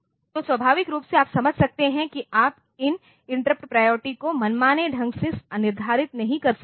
तो स्वाभाविक रूप से आप समझ सकते हैं कि आप इन इंटरप्ट प्रायोरिटी को मनमाने ढंग से निर्धारित नहीं कर सकते हैं